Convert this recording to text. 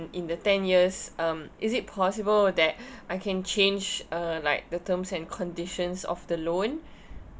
in the ten years um is it possible that I can change uh like the terms and conditions of the loan